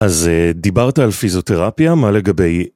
אז דיברת על פיזיותרפיה, מה לגבי...